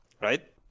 right